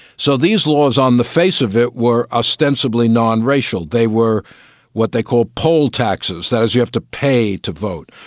so these laws on the face of it were ostensibly non-racial, they were what they call poll taxes, that is you have to pay to vote.